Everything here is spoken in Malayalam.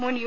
മുൻ യു